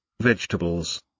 vegetables